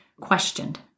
questioned